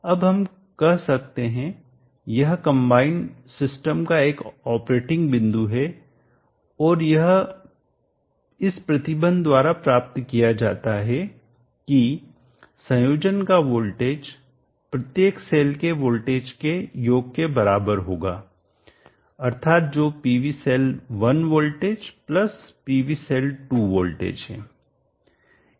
अब हम कहते हैं कि यह कंबाइंड सिस्टम संयुक्त प्रणाली का एक ऑपरेटिंग बिंदु है और यह इस प्रतिबंध द्वारा प्राप्त किया जाता है की संयोजन का वोल्टेज प्रत्येक सेल के वोल्टेज के योग के बराबर होगाअर्थात जो PV cell 1 voltage plus PV cell 2 voltage है